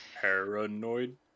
Paranoid